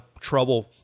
trouble